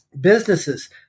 businesses